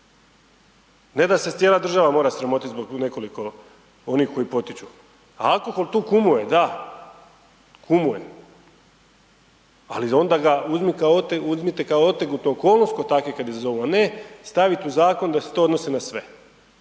Ne da se cijela država mora sramotiti zbog nekoliko onih koji potiču. A alkohol tu kumuje, da, kumuje. Ali onda ga uzmite kao otegotnu okolnost kao takvi kad izazovu, a ne staviti u zakon da se to odnosi na sve